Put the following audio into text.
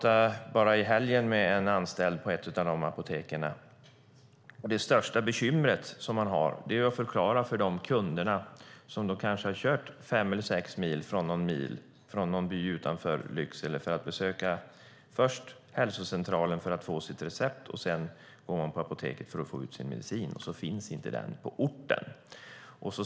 I helgen talade jag med en anställd på ett av dessa apotek. Det största bekymmer man har är att förklara för de kunder som har kört fem sex mil från en by utanför Lycksele för att först besöka hälsocentralen och få sitt recept och sedan apoteket för att få sin medicin att den inte finns på orten.